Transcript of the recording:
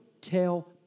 tell